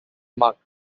marked